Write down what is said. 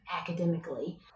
academically